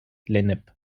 lennep